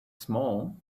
small